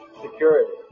security